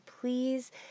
please